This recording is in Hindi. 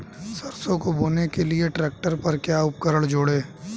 सरसों को बोने के लिये ट्रैक्टर पर क्या उपकरण जोड़ें?